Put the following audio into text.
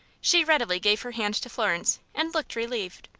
she readily gave her hand to florence, and looked relieved.